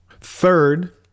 Third